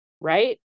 Right